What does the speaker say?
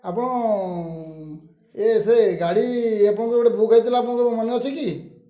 ଆପଣ ଏ ସେ ଗାଡ଼ି ଆପଣଙ୍କର ଗୋଟେ ବୁକ୍ ହେଇଥିଲା ଆପଣଙ୍କର ମନେ ଅଛି କି